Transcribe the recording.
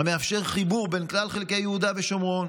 "המאפשר חיבור בין כלל חלקי יהודה ושומרון